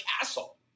castle